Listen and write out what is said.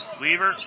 Weaver